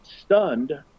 stunned